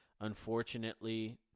Unfortunately